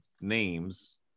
names